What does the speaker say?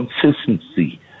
consistency